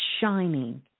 shining